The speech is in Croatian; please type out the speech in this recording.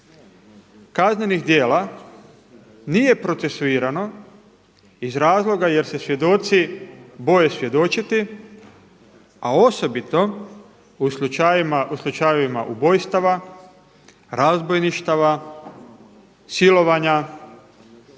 kaznenih djela nije procesuirano iz razloga jer se svjedoci boje svjedočiti a osobito u slučajevima ubojstava, razbojništava, silovanja